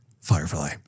firefly